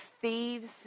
thieves